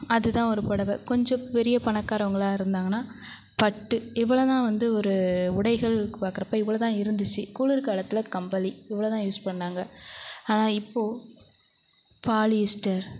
அது தான் ஒரு புடவ கொஞ்ச பெரிய பணக்காரவங்களாக இருந்தாங்கன்னா பட்டு எவ்வளோ தான் வந்து ஒரு உடைகள்க்கு பாக்குறப்போ இவ்வளோ தான் இருந்துச்சு குளிர்காலத்தில் கம்பளி இவ்வளோதான் யூஸ் பண்ணாங்க ஆனால் இப்போ பாலிஸ்டர்